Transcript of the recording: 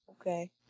Okay